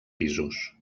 pisos